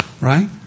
Right